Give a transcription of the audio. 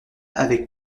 avec